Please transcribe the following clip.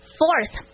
fourth